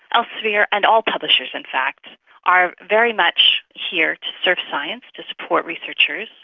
elsevier and all publishers in fact are very much here to serve science, to support researchers,